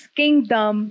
kingdom